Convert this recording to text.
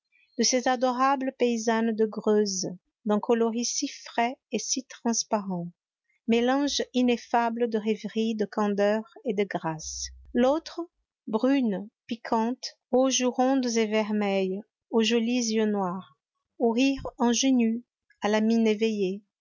de ces adorables paysannes de greuze d'un coloris si frais et si transparent mélange ineffable de rêverie de candeur et de grâce l'autre brune piquante aux joues rondes et vermeilles aux jolis yeux noirs au rire ingénu à la mine éveillée